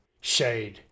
shade